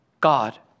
God